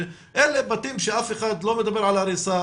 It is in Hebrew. אלה בתים שאף אחד לא מדבר על הריסה,